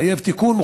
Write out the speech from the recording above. מחייב תיקון,